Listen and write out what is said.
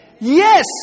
Yes